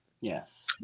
Yes